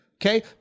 Okay